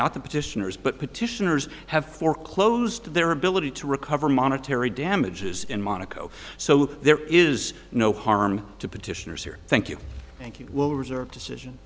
not the petitioners but petitioners have foreclosed their ability to recover monetary damages in monaco so there is no harm to petitioners here thank you thank you will reserve decision